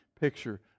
picture